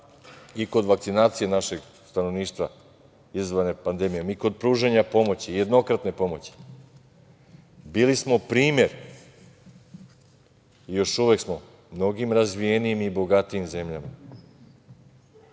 i kod vakcinacije našeg stanovništva izazvane pandemijom i kod pružanja pomoći, jednokratne pomoći. Bili smo primer, još uvek smo, mnogim razvijenim i bogatijim zemljama